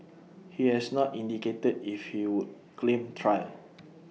he has not indicated if he would claim trial